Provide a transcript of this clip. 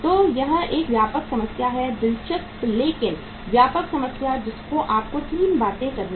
तो यह एक व्यापक समस्या है दिलचस्प लेकिन व्यापक समस्या जहाँ आपको 3 बातें करनी है